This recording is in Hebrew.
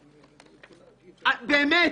באמת.